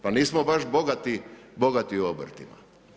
Pa nismo baš bogati obrtima.